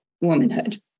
womanhood